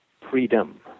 freedom